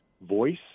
voice